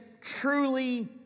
truly